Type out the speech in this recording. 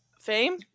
fame